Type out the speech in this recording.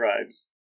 tribes